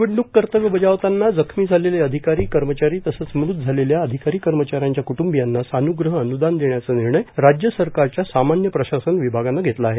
निवडणूक कर्तव्य बजावताना जखमी झालेले अधिकारी कर्मचारी तसंच मूत झालेल्या अधिकारी कर्मचाऱ्यांच्या क्ट्रंबियांना सान्ग्रह अनुदान देण्याचा निर्णय राज्य सरकारच्या सामान्य प्रशासन विभागानं घेतला आहे